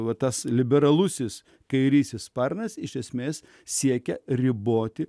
va tas liberalusis kairysis sparnas iš esmės siekia riboti